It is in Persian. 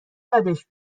بدش